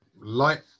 light